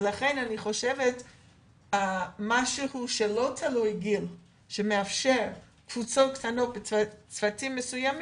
ולכן אני חושבת משהו שלא תלוי גיל ומאפשר קבוצות קטנות ב- - -מסוימים